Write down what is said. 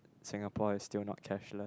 Singapore is still not cashless